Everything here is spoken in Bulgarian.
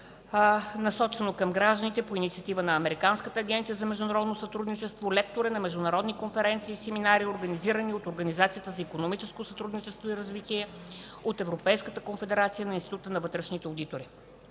насочени към гражданите, по инициатива на Американската агенция за международно сътрудничество. Лектор е на международни конференции и семинари, организирани от Организацията за икономическо сътрудничество и развитие, от Европейската конфедерация на вътрешните одитори.